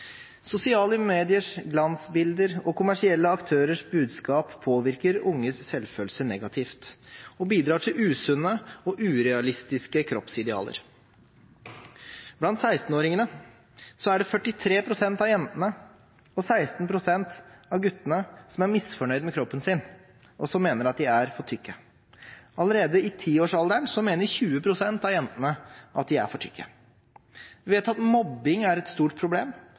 Sosiale mediers glansbilder og kommersielle aktørers budskap påvirker unges selvfølelse negativt og bidrar til usunne og urealistiske kroppsidealer. Blant 16-åringene er det 43 pst. av jentene og 16 pst. av guttene som er misfornøyd med kroppen sin, og som mener at de er for tykke. Allerede i 10-årsalderen mener 20 pst. av jentene at de er for tykke. Vi vet at mobbing er et stort problem.